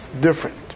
different